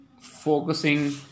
focusing